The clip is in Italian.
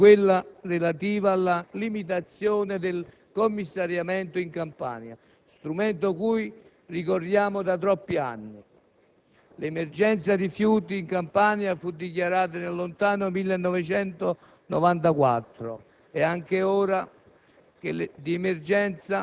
circa le responsabilità e le colpe dell'attuale condizione, è il momento di guardare oltre. Siamo in una situazione di emergenza massima. Dobbiamo affrontare il problema dei rifiuti nell'ambito della maxi problematica ambientale laddove va programmata una buona politica